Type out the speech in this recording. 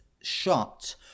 shot